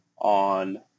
on